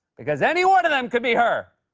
because any one of them could be her.